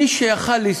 מי שיכול היה